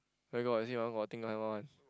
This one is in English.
where got see my one got thing